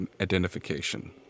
identification